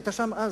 היית שם אז?